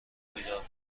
بیدار